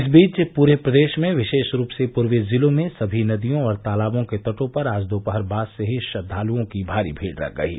इस बीच पूरे प्रदेश में विशेष रूप से पूर्वी जिलों में सभी नदियों और तालाबों के तटों पर आज दोपहर बाद से ही श्रद्वालुओं की भारी भीड़ लग गयी